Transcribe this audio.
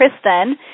Kristen